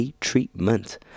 treatment